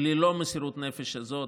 וללא מסירות הנפש הזאת,